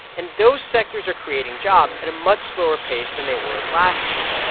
and those sectors are creating jobs at a much slower pace than they were last year.